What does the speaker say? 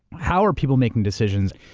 how are people making decisions?